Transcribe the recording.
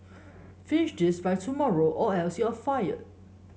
finish this by tomorrow or else you'll fired